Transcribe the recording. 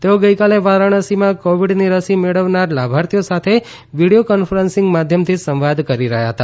તેઓ ગઇકાલે વારાણસીમાં કોવીડની રસી મેળવનાર લાભાર્થીઓ સાથે વિડીયો કોન્ફરન્સીંગ માધ્યમથી સંવાદ કરી રહ્યાં હતા